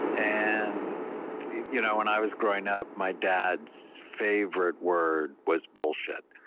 and you know when i was growing up, my dad's favorite word was bullshit.